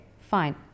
fine